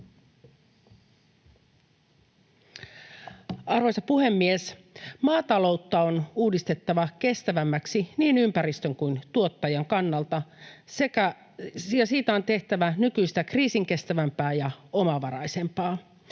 Arvoisa puhemies! Maataloutta on uudistettava kestävämmäksi niin ympäristön kuin tuottajan kannalta, ja siitä on tehtävä nykyistä kriisinkestävämpää ja omavaraisempaa.